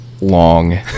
long